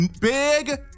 big